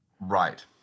Right